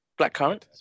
Blackcurrant